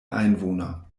einwohner